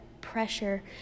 pressure